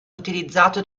utilizzato